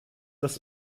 das